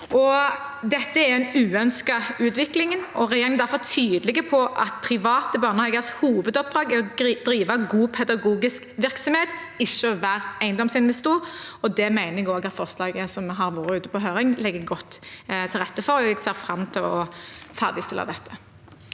dette er en uønsket utvikling. Regjeringen er derfor tydelig på at private barnehagers hovedoppdrag er å drive god pedagogisk virksomhet, ikke å være eiendomsinvestor, og det mener jeg at forslaget som har vært ute på høring, legger godt til rette for. Jeg ser fram til å ferdigstille dette.